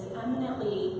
eminently